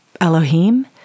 Elohim